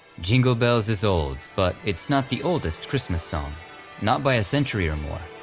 jingle bells is old, but it's not the oldest christmas song not by a century or more.